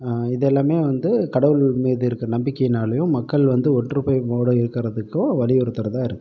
இது எல்லாமே வந்து கடவுள் மீது இருக்கிற நம்பிக்கைனாலேயும் மக்கள் வந்து ஒற்றுமையோடு இருக்கிறதுக்கு வலியுறுத்துறதாக இருக்குது